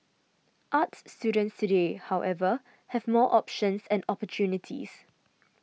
arts students today however have more options and opportunities